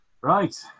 Right